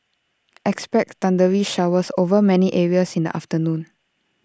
expect thundery showers over many areas in the afternoon